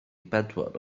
bedwar